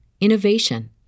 innovation